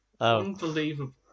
unbelievable